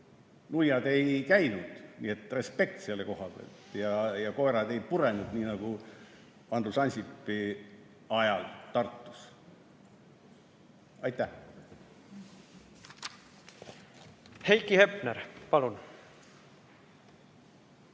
nuiad ei käinud, nii et respekt selle koha pealt! Koerad ei purenud nii nagu Andrus Ansipi ajal Tartus. Aitäh! Heiki Hepner, palun!